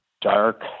dark